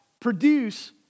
produce